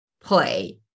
play